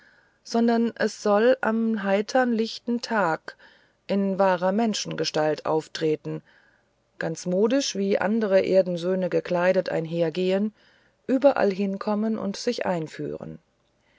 sondern es soll am heitern lichten tage in wahrer menschengestalt auftreten ganz modisch wie andere erdensöhne gekleidet einhergehen überall hinkommen und sich einführen